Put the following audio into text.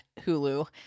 Hulu